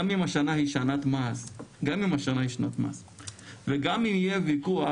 גם אם השנה היא שנת מס וגם אם יהיה ויכוח